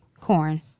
Corn